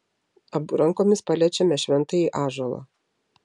abu rankomis paliečiame šventąjį ąžuolą